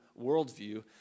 worldview